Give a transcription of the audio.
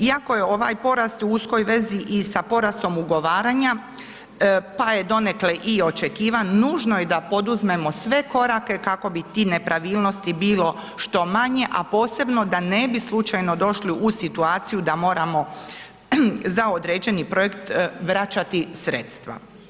Iako je ovaj porast u uskoj vezi i sa porastom ugovaranja, pa je donekle i očekivan, nužno je da poduzmemo sve korake kako bi tih nepravilnosti bilo što manje, a posebno da ne bi slučajno došli u situaciju da moramo za određeni projekt vraćati sredstva.